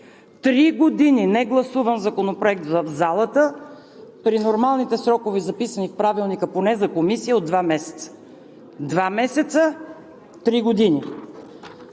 Три години негласуван законопроект в залата при нормалните срокове, записани в Правилника, поне за комисия, от два месеца. Два месеца, три години!